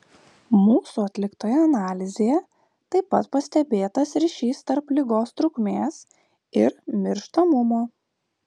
mūsų atliktoje analizėje taip pat pastebėtas ryšys tarp ligos trukmės ir mirštamumo